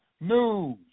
news